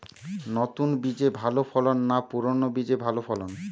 নতুন বীজে ভালো ফলন না পুরানো বীজে ভালো ফলন?